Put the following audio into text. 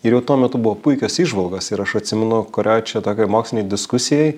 ir jau tuo metu buvo puikios įžvalgos ir aš atsimenu kurioj čia tokioj mokslinėj diskusijoj